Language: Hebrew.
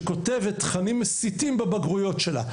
שכותבת תכנים מסיתים בבגרויות שלה.